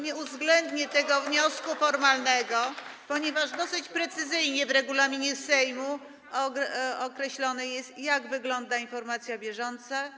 Nie uwzględnię tego wniosku formalnego, ponieważ dosyć precyzyjnie w regulaminie Sejmu określone jest, jak wygląda informacja bieżąca.